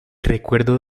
recuerdo